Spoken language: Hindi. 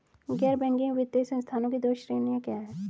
गैर बैंकिंग वित्तीय संस्थानों की दो श्रेणियाँ क्या हैं?